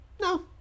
no